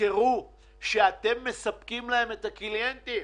תזכרו שאתם מספקים להם את הקליינטים